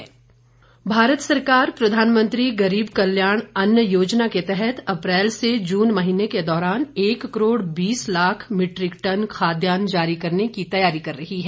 PMGKAY Bharat सरकार प्रधानमंत्री गरीब कल्याण अन्न योजना के तहत अप्रैल से जून महीने के दौरान एक करोड़ बीस लाख मीट्रिक टन खाद्यान जारी करने की तैयारी कर रही है